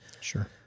Sure